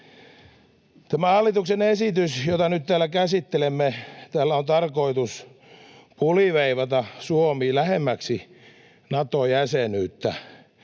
Tällä hallituksen esityksellä, jota nyt täällä käsittelemme, on tarkoitus puliveivata Suomi lähemmäksi Nato-jäsenyyttä,